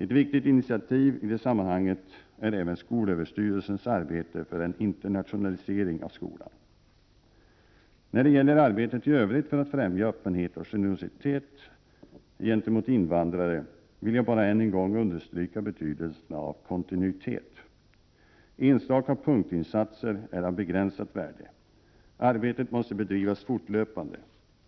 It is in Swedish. Ett viktigt initiativ i det sammanhanget är även skolöverstyrelsens arbete för en internationalisering av skolan. 2. När det gäller arbetet i övrigt att främja öppenhet och generositet gentemot invandrare vill jag bara än en gång understryka betydelsen av kontinuitet. Enstaka punktinsatser är av begränsat värde — arbetet måste bedrivas fortlöpande.